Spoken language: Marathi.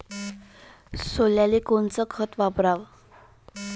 सोल्याले कोनचं खत वापराव?